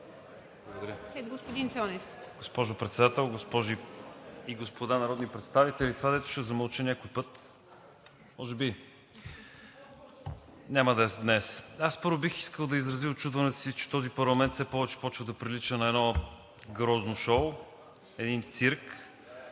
Благодаря. Госпожо Председател, госпожи и господа народни представители! Това, дето ще замълча някой път, може би – няма да е днес. Първо, бих искал да изразя учудването си, че този парламент все повече започва да прилича на едно грозно шоу, един цирк,